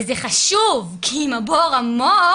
וזה חשוב כי אם הבור עמוק,